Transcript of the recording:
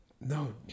No